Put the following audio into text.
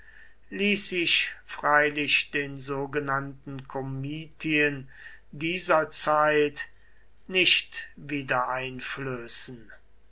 ließ sich freilich den sogenannten komitien dieser zeit nicht wiedereinflößen